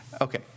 okay